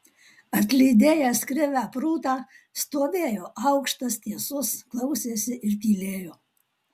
atlydėjęs krivę prūtą stovėjo aukštas tiesus klausėsi ir tylėjo